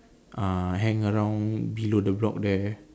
uh hang around below the block there